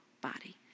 body